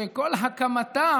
שכל הקמתה